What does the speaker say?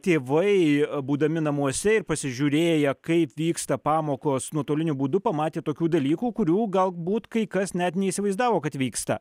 tėvai būdami namuose ir pasižiūrėję kaip vyksta pamokos nuotoliniu būdu pamatė tokių dalykų kurių galbūt kai kas net neįsivaizdavo kad vyksta